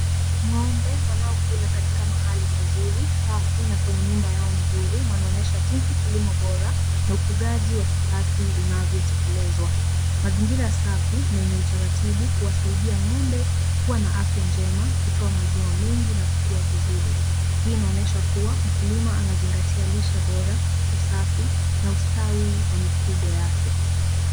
Ng'ombe wanaokula katika mahali pazuri, safi na kwenye nyumba yao nzuri wanaonyesha jinsi kilimo bora na ufugaji wa kisasi unavyotekelezwa. Mazingira safi na yenye utaratibu huwasadia ng'ombe kuwa na afya njema kutoa maziwa mengi na kukuwa vizuri. Hii inaonyesha kuwa mkulima anazingatia lishe bora, usafi na ustawi wa mifugo wake.